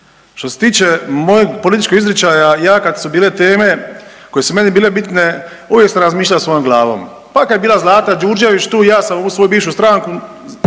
Što se tiče mojeg političkog izričaja ja kad su bile teme koje su meni bile bitne uvijek sam razmišljao svojoj glavom, pa kad je bila Zlata Đurđević tu ja sam uz svoju bivšu stranku